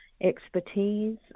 expertise